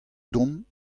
dont